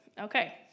Okay